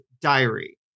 diary